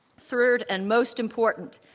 third and most important,